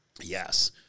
yes